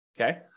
Okay